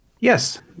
Yes